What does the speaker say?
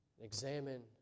Examine